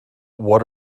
what